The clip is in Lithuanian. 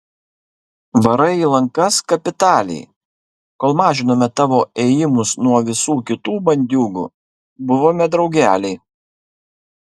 varai į lankas kapitaliai kol mažinome tavo ėjimus nuo visų kitų bandiūgų buvome draugeliai